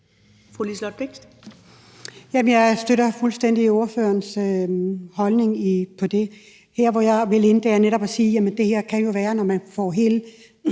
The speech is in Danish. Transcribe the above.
jeg støtter fuldstændig ordførerens holdning til det. Og jeg vil sige, at det jo netop kan være, når man får hele